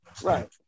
Right